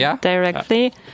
directly